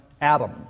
Adam